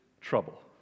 trouble